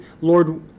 Lord